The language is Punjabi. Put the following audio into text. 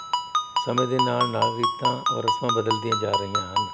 ਸਮੇਂ ਦੇ ਨਾਲ਼ ਨਾਲ਼ ਰੀਤਾਂ ਔਰ ਰਸਮਾਂ ਬਦਲਦੀਆਂ ਜਾ ਰਹੀਆਂ ਹਨ